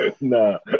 No